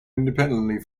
independently